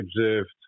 observed